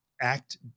act